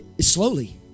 slowly